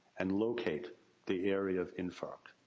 and locate the area of infarct.